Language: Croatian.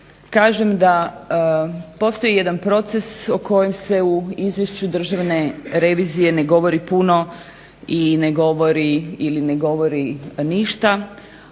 kažem da postoji jedan proces u kojem se u izvješću Državne revizije ne govori puno ili ne govori ništa,